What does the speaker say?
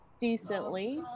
decently